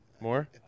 More